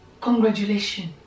congratulations